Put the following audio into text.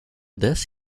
this